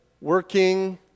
working